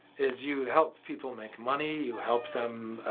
is you help people make money. you help them.